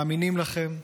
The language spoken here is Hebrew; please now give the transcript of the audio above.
מאמינים לכם,